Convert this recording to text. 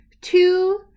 Two